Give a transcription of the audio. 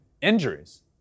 injuries